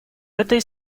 этой